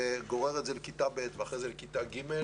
וגורר את זה לכיתה ב' ואחר כך לכיתה ג',